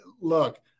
look